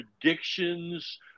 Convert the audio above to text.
predictions